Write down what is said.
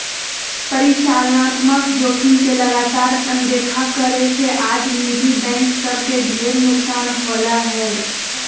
परिचालनात्मक जोखिम के लगातार अनदेखा करे से आज निजी बैंक सब के ढेर नुकसान होलय हें